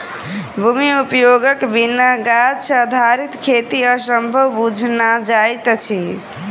भूमि उपयोगक बिना गाछ आधारित खेती असंभव बुझना जाइत अछि